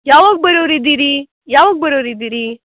ಯಾವಾಗ ಬರೋರು ಇದೀರಿ ಯಾವಾಗ ಬರೋರು ಇದೀರಿ